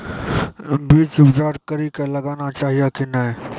बीज उपचार कड़ी कऽ लगाना चाहिए कि नैय?